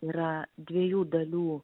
yra dviejų dalių